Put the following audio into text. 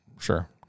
Sure